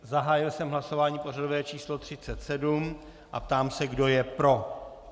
Zahájil jsem hlasování pořadové číslo 37 a ptám se, kdo je pro.